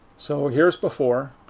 so here's before,